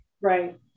right